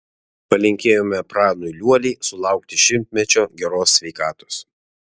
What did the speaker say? palinkėjome pranui liuoliai sulaukti šimtmečio geros sveikatos